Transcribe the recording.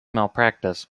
malpractice